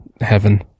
heaven